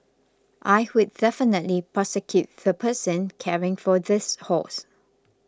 I would definitely prosecute the person caring for this horse